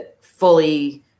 fully